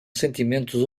sentimentos